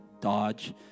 Dodge